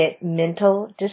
mental